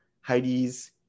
Heidi's